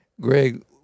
Greg